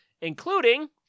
including